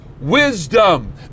wisdom